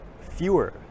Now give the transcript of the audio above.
fewer